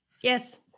yes